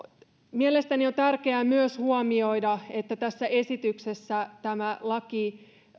mielestäni on tärkeää myös huomioida että tässä esityksessä tämä laki